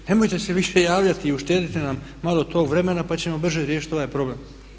Nemojte se više javljati i uštedite nam malo tog vremena pa ćemo brže riješiti ovaj problem.